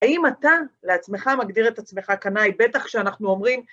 האם אתה, לעצמך, מגדיר את עצמך? קנאי, בטח כשאנחנו אומרים...